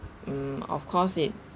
mm of course it